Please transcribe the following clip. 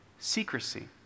Secrecy